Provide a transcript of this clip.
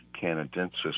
canadensis